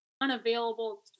unavailable